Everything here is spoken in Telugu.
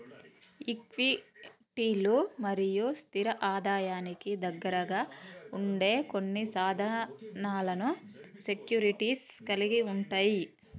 ఈక్విటీలు మరియు స్థిర ఆదాయానికి దగ్గరగా ఉండే కొన్ని సాధనాలను సెక్యూరిటీస్ కలిగి ఉంటయ్